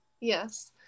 Yes